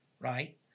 Right